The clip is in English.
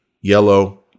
yellow